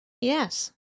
Yes